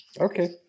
Okay